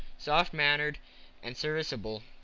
soft-mannered and serviceable,